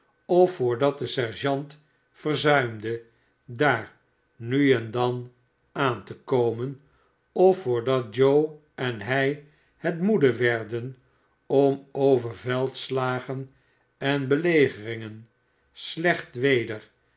of voordat de sergeant verzuimde daar nu en dan aan te komen of voordat joe en hi het moede werden om over veldslagen en belegeringen slecht weder